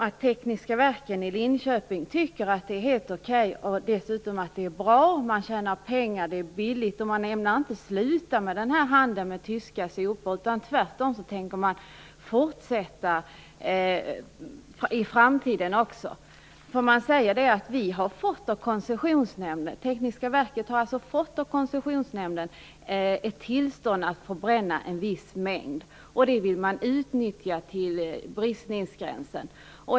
Tekniska Verken i Linköping AB tycker att det är hel okej och dessutom att det är bra. Man tjänar pengar, det är billigt, och man ämnar inte sluta med handeln med tyska sopor. Tvärtom tänker man fortsätta i framtiden också. Tekniska Verken säger att man har fått ett tillstånd av Koncessionsnämnden att förbränna en viss mängd, och det vill man utnyttja till bristningsgränsen.